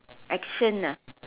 action ah